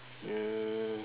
mm